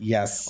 Yes